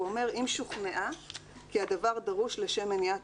הוא אומר: 'אם שוכנעה כי הדבר דרוש לשם מניעת